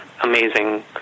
amazing